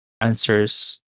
answers